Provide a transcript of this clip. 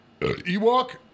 Ewok